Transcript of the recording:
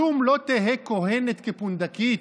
כלום לא תהא כוהנת כפונדקית?